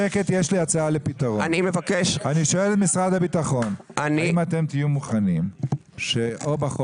אני שואל את משרד הביטחון האם תהיו מוכנים שאו בחוק